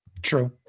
true